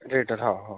घेटर हो हो